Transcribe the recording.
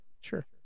Sure